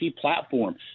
platform